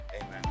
Amen